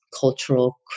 cultural